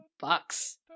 Bucks